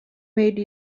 made